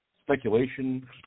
Speculation